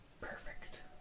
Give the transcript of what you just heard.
perfect